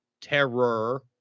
Terror